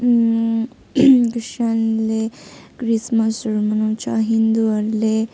क्रिस्चियनले क्रिस्मसहरू मनाउँछ हिन्दूहरूले